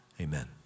Amen